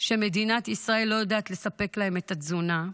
שמדינת ישראל לא יודעת לספק להן את התזונה,